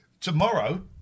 Tomorrow